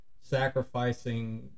sacrificing